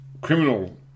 criminal